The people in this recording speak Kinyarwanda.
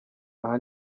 aha